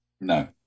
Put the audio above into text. No